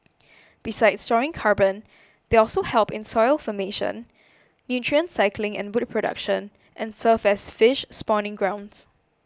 besides storing carbon they also help in soil formation nutrient cycling and wood production and serve as fish spawning grounds